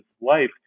life